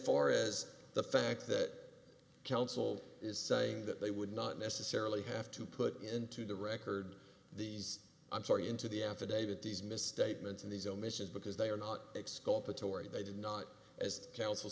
far as the fact that counsel is saying that they would not necessarily have to put into the record these i'm sorry into the affidavit these misstatements and these omissions because they are not